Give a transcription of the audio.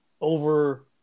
over